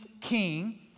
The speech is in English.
king